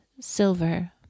silver